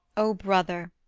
o brother,